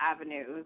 avenues